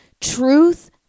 truth